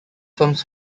firms